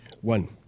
one